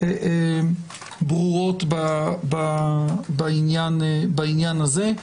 ברורות בעניין הזה.